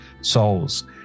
souls